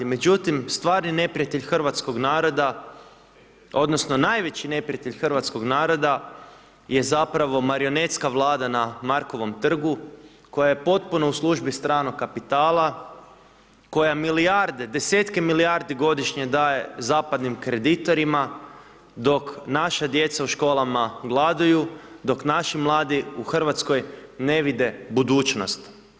Međutim, stvarni neprijatelj hrvatskog naroda odnosno najveći neprijatelj hrvatskog naroda je zapravo marionetska Vlada na Markovom trgu koja je potpuno u službi stranog kapitala, koja milijarde, desetke milijardi godišnje daje zapadnim kreditorima, dok naša djeca u školama gladuju, dok naši mladi u RH ne vide budućnost.